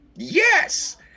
yes